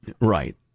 Right